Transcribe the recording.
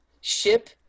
Ship